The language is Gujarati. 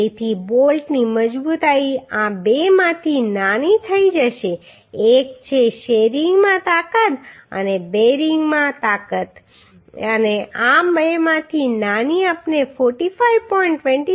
તેથી બોલ્ટની મજબૂતાઈ આ બેમાંથી નાની થઈ જશે એક છે શેરિંગમાં તાકાત અને બેરિંગમાં તાકાત અને આ બેમાંથી નાની આપણે 45